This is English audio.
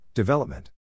Development